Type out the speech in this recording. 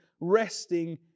resting